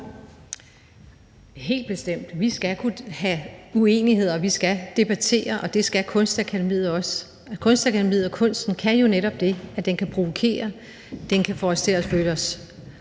Helt bestemt. Vi skal kunne have uenigheder, og vi skal debattere, og det skal Kunstakademiet også. Kunstakademiet og kunsten kan jo netop det, altså kunsten kan provokere, den kan få os til at føle os